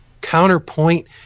counterpoint